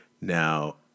Now